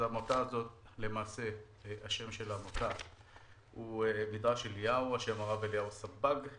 אז העמותה הזאת השם שלה הוא "מדרש אליהו ע"ש הרב אליהו סבג",